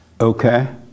Okay